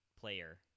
player